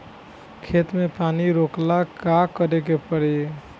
खेत मे पानी रोकेला का करे के परी?